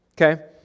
okay